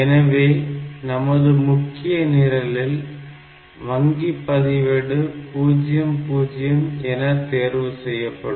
எனவே நமது முக்கிய நிரலில் வங்கி பதிவேடு 00 என தேர்வு செய்யப்படும்